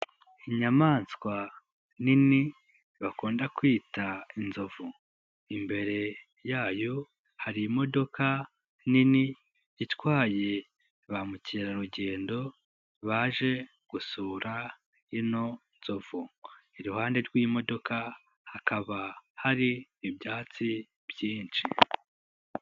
Inyamaswa nini bakunda kwita inzovu. Imbere yayo hari imodoka nini itwaye ba mukerarugendo baje gusura ino nzovu. Iruhande rw'imodoka hakaba hari ibyatsi byinshi.